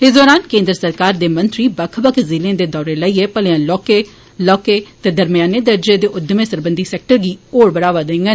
इस दौरान केन्द्र सरकार दे मंत्री बक्ख बक्ख जिलें दे दौरे लाइयै भलेआं लौहके लौहके ते दरम्याने दर्जे दे उद्यमें सरबंधी सैक्टर गी होर बढ़ावा देडन